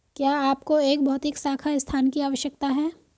क्या आपको एक भौतिक शाखा स्थान की आवश्यकता है?